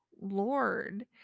lord